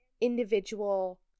individual